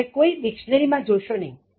હવે કોઈ ડિક્શનરી માં જોશો નહીં